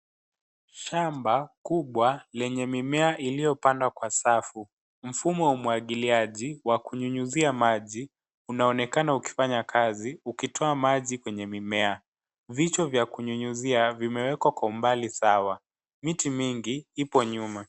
Shamba kubwa lenye mimea iliyopandwa kwa safu, mfumo wa umwagiliaji wa kunyunyuzia maji unaonekana ukifanya kazi, ukitoa maji kwenye mimea, vitu vya kunyunyizia vimewekwa kwa umbali sawa, miti mingi ipo nyuma.